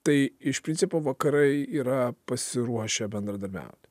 tai iš principo vakarai yra pasiruošę bendradarbiauti